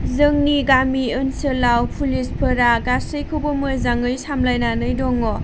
जोंनि गामि ओनसोलाव पुलिसफोरा गासैखौबो मोजाङै सामब्लायनानै दङ